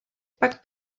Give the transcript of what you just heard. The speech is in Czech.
pak